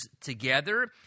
together